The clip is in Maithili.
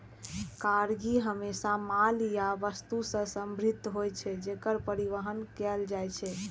कार्गो हमेशा माल या वस्तु सं संदर्भित होइ छै, जेकर परिवहन कैल जाइ छै